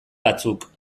batzuk